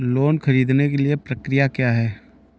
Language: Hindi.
लोन ख़रीदने के लिए प्रक्रिया क्या है?